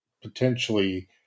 potentially